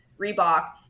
Reebok